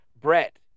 Brett